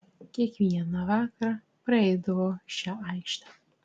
kiekvieną vakarą praeidavo šia aikšte